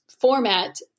format